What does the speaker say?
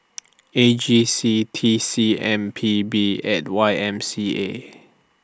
A G C T C M P B and Y M C A